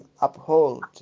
uphold